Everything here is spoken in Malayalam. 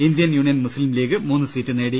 ഇന്ത്യൻ യൂണിയൻ മുസ്ലിം ലീഗ് മൂന്നു സീറ്റ് നേടി